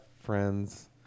friends